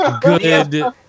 Good